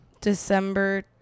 December